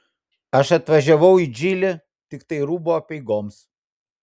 aš atvažiavau į džilį tiktai rūbų apeigoms